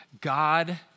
God